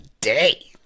day